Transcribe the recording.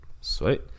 Sweet